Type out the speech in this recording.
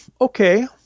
okay